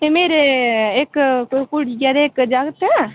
ते मेरे इक कुड़ी ऐ ते इक जागत